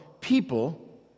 people